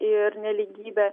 ir nelygybe